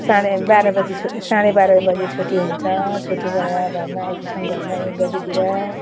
साढे बाह्र बजी छु साढे बाह्र बजी छुट्टी हुन्छ छुट्टी भएर घरमा आइपुग्छौँ घरमा एक बजीतिर